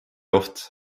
oht